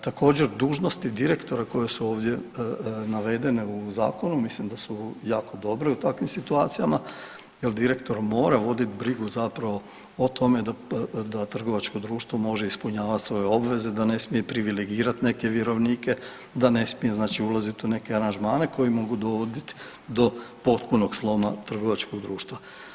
Također dužnosti direktora koje su ovdje navedene u zakonu, mislim da su jako dobre u takvim situacijama jer direktor mora voditi brigu zapravo o tome da trgovačko društvo može ispunjavati svoje obveze, da ne smije privilegirat neke vjerovnike, da ne smije znači ulaziti u neke aranžmane koji dovoditi do potpunog sloma trgovačkog društva.